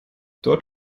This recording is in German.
dort